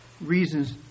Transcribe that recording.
reasons